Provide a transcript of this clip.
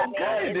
Okay